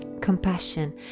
compassion